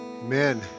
Amen